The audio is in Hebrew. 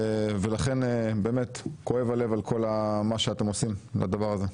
ולכן כואב הלב על כל מה שאתם עושים בדבר הזה.